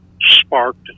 sparked